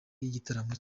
y’igitaramo